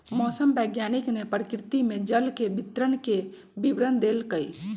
मौसम वैज्ञानिक ने प्रकृति में जल के वितरण के विवरण देल कई